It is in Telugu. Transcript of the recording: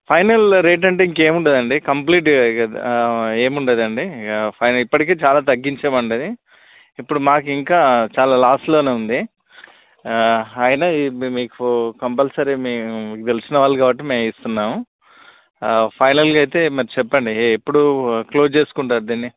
ఫైనల్ రేట్ అంటే ఇంక ఏముండదండి కంప్లీట్ ఏముండదండి ఇక ఫైనల్ ఇప్పటికీ చాలా తగ్గించామండి అది ఇప్పుడు మాకు ఇంకా చాలా లాస్లోనే ఉంది అయినా మీ మీకు కంపల్సరీ మీరు తెలిసిన వాళ్ళు కాబట్టి మేము ఇస్తున్నాము ఫైనల్గా అయితే మరి చెప్పండి ఎప్పుడు క్లోస్ చేసుకుంటారు దీన్ని